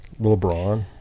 LeBron